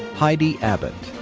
heidi abbott.